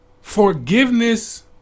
Forgiveness